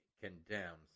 condemns